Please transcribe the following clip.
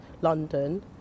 London